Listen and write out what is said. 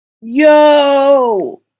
Yo